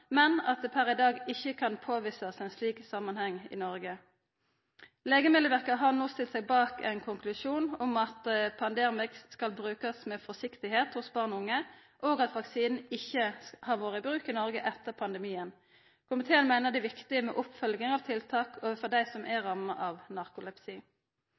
men at det per i dag ikkje kan påvisast ein slik samanheng i Noreg. Legemiddelverket har no stilt seg bak ein konklusjon om at Pandemrix skal brukast med forsiktigheit hos barn og unge, og vaksinen har ikkje vore i bruk i Noreg etter pandemien. Komiteen meiner det er viktig å følgja opp med tiltak overfor dei som er ramma av narkolepsi.